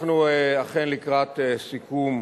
אנחנו אכן לקראת סיכום